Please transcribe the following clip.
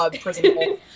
prison